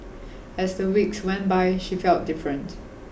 as the weeks went by she felt different